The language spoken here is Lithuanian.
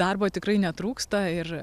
darbo tikrai netrūksta ir